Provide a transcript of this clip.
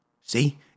see